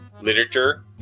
literature